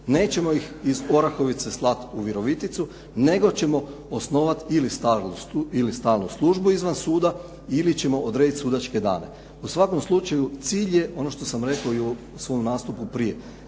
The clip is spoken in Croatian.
nećemo ih iz Orahovice slati u Viroviticu nego ćemo osnovati ili stalnu službu izvan suda ili ćemo odrediti sudačke dane. U svakom slučaju, cilj je ono što sam rekao i u svom nastupu prije.